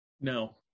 No